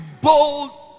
bold